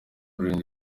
rurinda